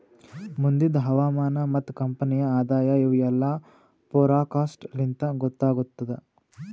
ಮುಂದಿಂದ್ ಹವಾಮಾನ ಮತ್ತ ಕಂಪನಿಯ ಆದಾಯ ಇವು ಎಲ್ಲಾ ಫೋರಕಾಸ್ಟ್ ಲಿಂತ್ ಗೊತ್ತಾಗತ್ತುದ್